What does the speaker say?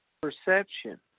perception